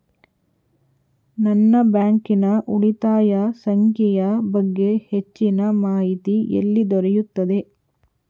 ನನ್ನ ಬ್ಯಾಂಕಿನ ಉಳಿತಾಯ ಸಂಖ್ಯೆಯ ಬಗ್ಗೆ ಹೆಚ್ಚಿನ ಮಾಹಿತಿ ಎಲ್ಲಿ ದೊರೆಯುತ್ತದೆ?